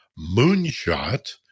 Moonshot